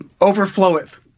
overfloweth